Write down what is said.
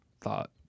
thought